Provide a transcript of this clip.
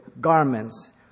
garments